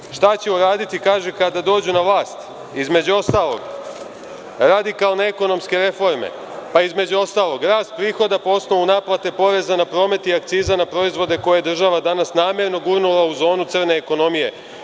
Dalje, šta će uraditi kada dođu na vlast, između ostalog, radikalne ekonomske reforme, pa između ostalog, rast prihoda po osnovu naplate poreza na promet i akciza na proizvode koje je država danas namerno gurnula u zonu crne ekonomije.